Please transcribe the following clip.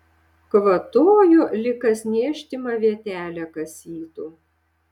kvatojo lyg kas niežtimą vietelę kasytų